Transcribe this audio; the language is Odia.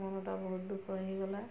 ମନଟା ବହୁତ ଦୁଃଖ ହେଇଗଲା